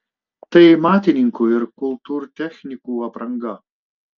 tai matininkų ir kultūrtechnikų apranga